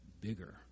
bigger